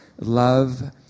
Love